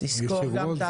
שתסקור גם את ההקמה.